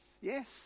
yes